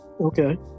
Okay